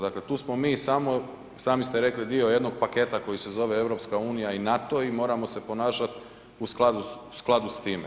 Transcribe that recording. Dakle, tu smo mi sami ste rekli dio jednog paketa koji se zove EU i NATO i moramo se ponašati u skladu s time.